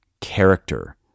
character